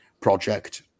project